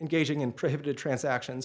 engaging in prohibited transactions